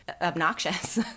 obnoxious